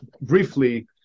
briefly